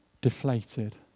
deflated